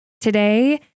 today